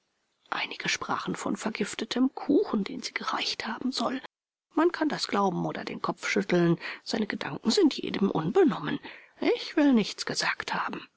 einige sprachen von vergiftetem kuchen den sie gereicht haben soll man kann das glauben oder den kopf schütteln seine gedanken sind jedem unbenommen ich will nichts gesagt haben